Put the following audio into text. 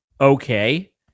okay